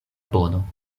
bono